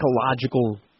ecological